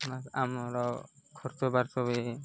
ଆମର ଖର୍ଚ୍ଚ ବାର୍ଚ ବି